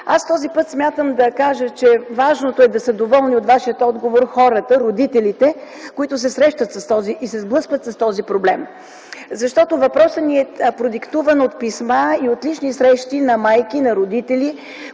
Аз този път смятам да кажа, че важното е от Вашия отговор да са доволни хората, родителите, които се срещат и сблъскват с този проблем. Защото въпросът ми е продиктуван от писма и лични срещи на майки, на родители,